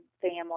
family